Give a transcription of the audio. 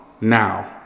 now